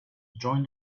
joined